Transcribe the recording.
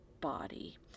body